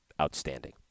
outstanding